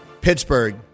Pittsburgh